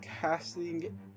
casting